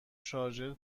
شارژر